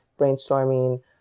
brainstorming